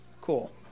Cool